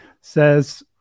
Says